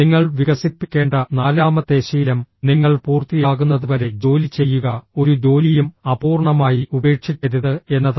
നിങ്ങൾ വികസിപ്പിക്കേണ്ട നാലാമത്തെ ശീലം നിങ്ങൾ പൂർത്തിയാകുന്നതുവരെ ജോലി ചെയ്യുക ഒരു ജോലിയും അപൂർണ്ണമായി ഉപേക്ഷിക്കരുത് എന്നതാണ്